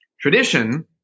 tradition